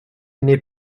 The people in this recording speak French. n’est